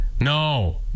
No